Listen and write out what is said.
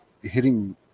hitting